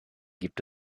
gibt